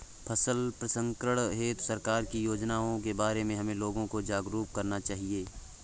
फसल प्रसंस्करण हेतु सरकार की योजनाओं के बारे में हमें लोगों को जागरूक करना चाहिए